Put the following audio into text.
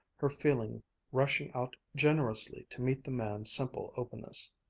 her feeling rushing out generously to meet the man's simple openness.